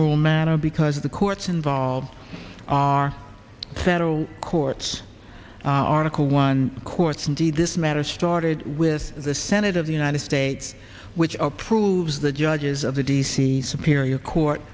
all matter because the courts involved are federal courts article one courts indeed this matter started with the senate of the united states which approves the judges of the d c superior court